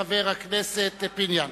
חבר הכנסת פיניאן.